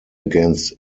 against